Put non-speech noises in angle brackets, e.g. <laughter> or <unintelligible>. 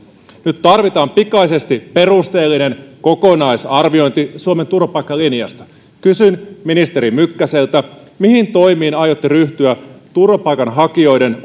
nyt tarvitaan pikaisesti perusteellinen kokonaisarviointi suomen turvapaikkalinjasta kysyn ministeri mykkäseltä mihin toimiin aiotte ryhtyä turvapaikanhakijoiden <unintelligible>